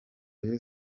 rayon